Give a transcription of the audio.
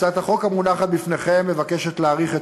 הצעת החוק המונחת בפניכם מבקשת להאריך את